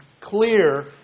clear